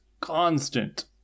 constant